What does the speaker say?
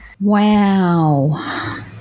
Wow